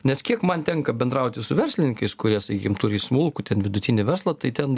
nes kiek man tenka bendrauti su verslininkais kurie sakykim turi smulkų ten vidutinį verslą tai ten